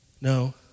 no